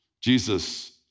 Jesus